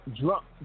Drunk